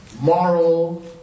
moral